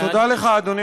תודה לך, אדוני